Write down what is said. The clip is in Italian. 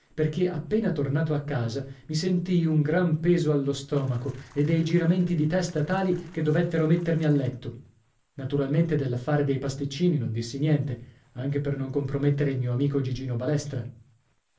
perché appena tornato a casa mi sentii un gran peso allo stomaco e dei giramenti di testa tali che dovettero mettermi a letto naturalmente dell'affare dei pasticcini non dissi niente anche per non compromettere il mio amico gigino balestra